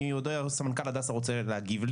אני רואה שסמנכ"ל הדסה רוצה להגיב,